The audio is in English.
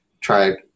Try